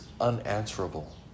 unanswerable